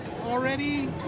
already